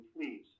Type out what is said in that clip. please